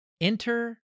enter